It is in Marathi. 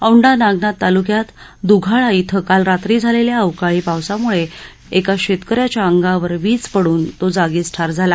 औंढा नागनाथ तालुक्यात दुघाळा इथं काल रात्री झालेल्या अवकाळी पावसामुळे शेतकऱ्याच्या अंगावर वीज पडून तो जागीच ठार झाला